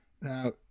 now